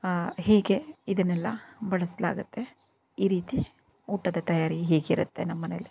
ಹೀಗೆ ಇದನ್ನೆಲ್ಲ ಬಳಸಲಾಗತ್ತೆ ಈ ರೀತಿ ಊಟದ ತಯಾರಿ ಹೀಗಿರತ್ತೆ ನಮ್ಮನೆಯಲ್ಲಿ